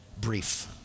brief